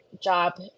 job